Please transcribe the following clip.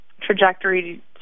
trajectory